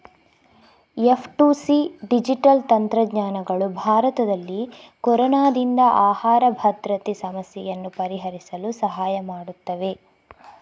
F two C digital ತಂತ್ರಜ್ಞಾನಗಳು ಭಾರತದಲ್ಲಿ ಕೊರೊನಾದಿಂದ ಆಹಾರ ಭದ್ರತೆ ಸಮಸ್ಯೆಯನ್ನು ಪರಿಹರಿಸಲು ಸಹಾಯ ಮಾಡುತ್ತವೆ